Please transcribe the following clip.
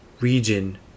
region